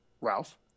Ralph